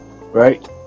right